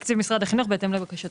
בתקציב משרד החינוך בהתאם לבקשתו.